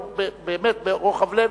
באמת ברוחב לב,